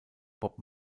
bob